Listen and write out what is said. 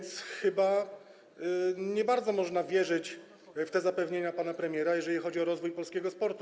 Chyba więc nie bardzo można wierzyć w te zapewnienia pana premiera, jeżeli chodzi o rozwój polskiego sportu.